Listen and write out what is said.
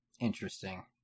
Interesting